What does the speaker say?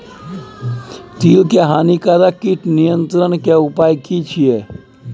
तिल के हानिकारक कीट नियंत्रण के उपाय की छिये?